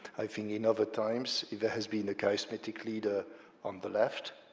i think in other times, if there has been a charismatic leader on the left,